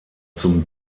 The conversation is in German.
zum